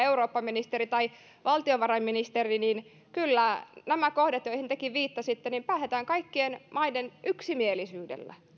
eurooppaministeri tai valtiovarainministeri päättävät omassa kokouksessaan kyllä nämä kohdat joihin tekin viittasitte päätetään kaikkien maiden yksimielisyydellä